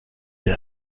der